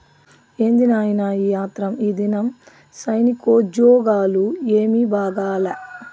ఏంది నాయినా ఈ ఆత్రం, ఈదినం సైనికోజ్జోగాలు ఏమీ బాగాలా